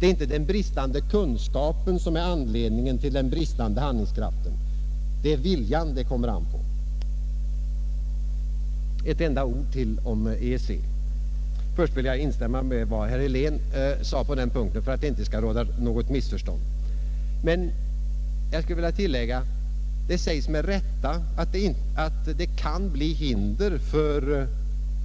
Det är inte den bristande kunskapen som är anledningen till den bristande handlingskraften. Det är viljan det kommer an på. Några få ytterligare ord om EEC. Först vill jag för att inget missförstånd skall råda instämma i vad herr Helén sade i denna fråga. Jag vill emellertid tillägga att det med rätta sägs att det kan uppstå hinder för upprätthållandet av